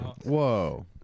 whoa